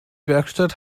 werkstatt